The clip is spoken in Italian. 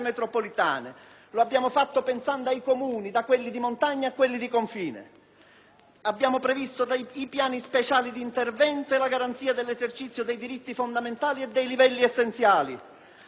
abbiamo previsto i piani speciali d'intervento e la garanzia dell'esercizio dei diritti fondamentali e dei livelli essenziali. Abbiamo pensato alle isole e ai loro grandi problemi, a cominciare dalla Sardegna e dalla Sicilia,